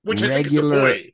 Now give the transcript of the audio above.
regular